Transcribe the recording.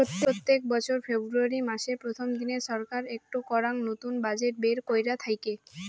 প্রত্যেক বছর ফেব্রুয়ারী মাসের প্রথম দিনে ছরকার একটো করাং নতুন বাজেট বের কইরা থাইকে